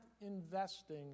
investing